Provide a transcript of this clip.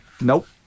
Nope